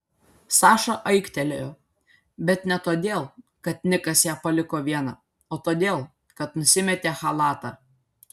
saša aiktelėjo bet ne todėl kad nikas ją paliko vieną o dėl to kad nusimetė chalatą